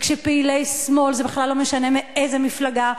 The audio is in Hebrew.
וכשפעילי שמאל,